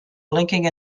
blinking